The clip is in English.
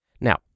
Now